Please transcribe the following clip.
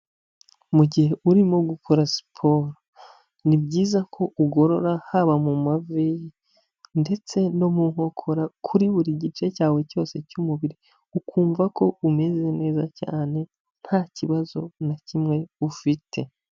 Mu gihe urimo gukora siporo ni byiza ko ugorora haba mu mavi ndetse no mu nkokora kuri buri gice cyawe cyose cy'umubiri ukumva ko umeze neza cyane ntakibazo na kimwe ufite.